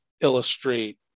illustrate